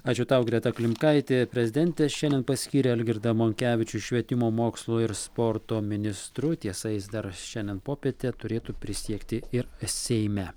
ačiū tau greta klimkaitė prezidentė šiandien paskyrė algirdą monkevičių švietimo mokslo ir sporto ministru tiesa jis dar šiandien popietę turėtų prisiekti ir seime